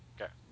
Okay